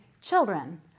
children